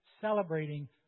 celebrating